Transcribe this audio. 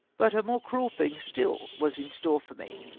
but a more cruel thing still was in store for me.